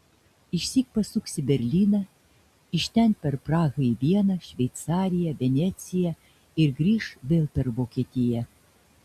išsyk pasuks į berlyną iš ten per prahą į vieną šveicariją veneciją ir grįš vėl per vokietiją